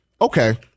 okay